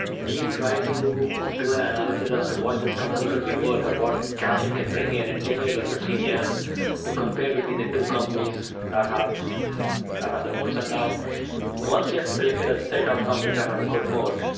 do you try to do an analysis as to what this company could be worth and what cash it can bring in in ten years or fifteen years to compare between the two companies that have not have the moats? and now once you have selected a set of companies that have a good moat,